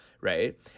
Right